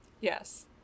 yes